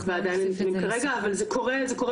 אנחנו בוחנים כל מקרה לגופו,